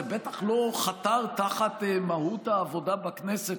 זה בטח לא חתר תחת מהות העבודה בכנסת,